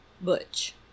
Butch